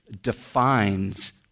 defines